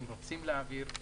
אם רוצים להעביר,